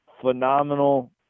phenomenal